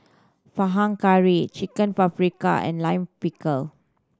Panang Curry Chicken Paprika and Lime Pickle